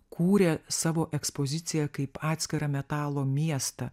kūrė savo ekspoziciją kaip atskirą metalo miestą